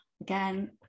Again